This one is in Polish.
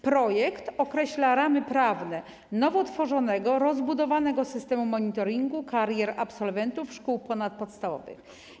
Projekt określa ramy prawne nowo tworzonego, rozbudowanego systemu monitoringu karier absolwentów szkół ponadpodstawowych.